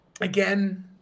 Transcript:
again